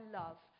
love